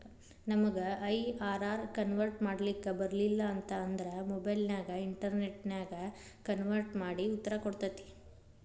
ನಮಗ IRR convert ಮಾಡ್ಲಿಕ್ ಬರಲಿಲ್ಲ ಅಂತ ಅಂದ್ರ ಮೊಬೈಲ್ ನ್ಯಾಗ ಇನ್ಟೆರ್ನೆಟ್ ನ್ಯಾಗ ಕನ್ವರ್ಟ್ ಮಡಿ ಉತ್ತರ ಕೊಡ್ತತಿ